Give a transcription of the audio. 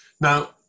Now